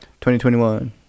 2021